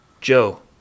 Joe